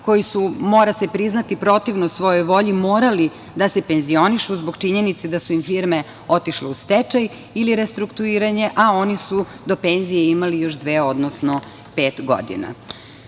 koji su, mora se priznati, protivno svojoj volji morali da se penzionišu zbog činjenice da su im firme otišle u stečaj ili restrukturiranje, a oni su do penzije imali još dve, odnosno pet godina. Ovaj